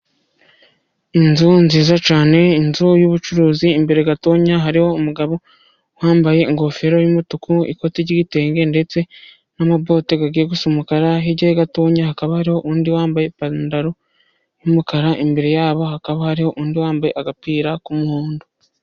Inzu nziza cyane inzu y'ubucuruzi imbere gatoya hariho umugabo wambaye ingofero y'umutuku, ikoti ry'itenge ndetse namabote agiye gusa umukara. Hirya gatoya hakaba hariho undi wambaye ipantaro y'umukara imbere yabo hakaba hariho undi wambaye agapira k'umuhondo.